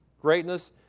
greatness